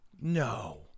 No